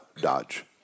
Dodge